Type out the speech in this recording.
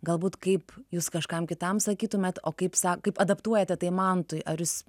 galbūt kaip jūs kažkam kitam sakytumėt o kaip sako kaip adaptuojate tai mantui ar jūs